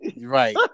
Right